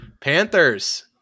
Panthers